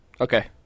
Okay